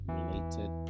related